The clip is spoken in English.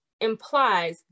implies